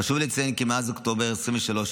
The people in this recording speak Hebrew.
חשוב לציין כי מאז אוקטובר 2023,